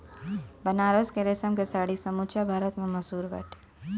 बनारस के रेशम के साड़ी समूचा भारत में मशहूर बाटे